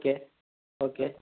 okay okay